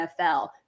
NFL